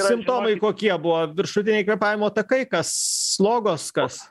simptomai kokie buvo viršutiniai kvėpavimo takai kas slogos kas